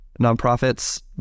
nonprofits